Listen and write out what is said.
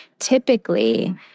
Typically